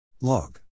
log